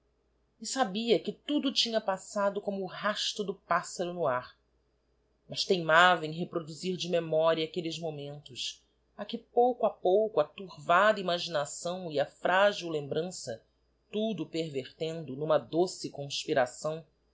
sabia que tudo tinha passado como o rasto do pássaro no ar mas teimava em reproduzir de memoria aquelles momentos a que pouco a pouco a turvada imaginação e a frágil lembrança tudo pervertendo n'uma doce conspiração